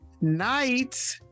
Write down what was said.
night